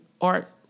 art